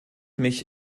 mich